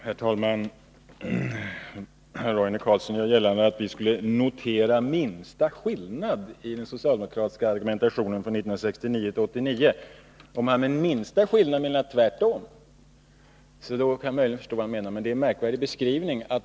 Herr talman! Roine Carlsson gör gällande att vi skulle notera minsta skillnad i den socialdemokratiska argumentationen mellan 1969 och 1983. Om han med ”minsta skillnad” menar tvärtom, kan jag möjligen förstå vad han avser. Men det är en märklig beskrivning.